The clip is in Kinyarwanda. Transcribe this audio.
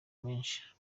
menshi